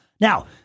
Now